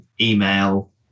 email